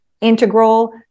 integral